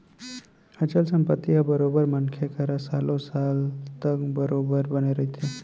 अचल संपत्ति ह बरोबर मनखे करा सालो साल तक बरोबर बने रहिथे